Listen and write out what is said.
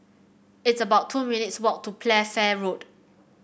it's about two minutes' walk to Playfair Road